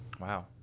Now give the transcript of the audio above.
Wow